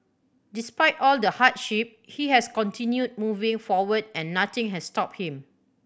despite all the hardship he has continued moving forward and nothing has stopped him